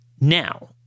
Now